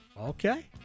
Okay